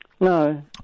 No